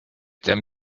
them